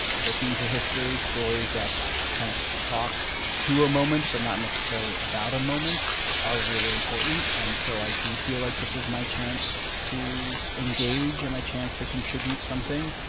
looking to history, stories that kind of talk to a moment but not necessarily about a moment are really important. and so i do feel like this is my chance to engage and my chance to contribute something.